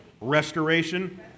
restoration